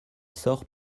sort